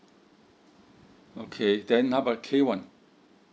okay then how about K one